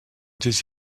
des